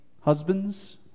Husbands